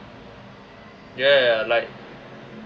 ya ya ya like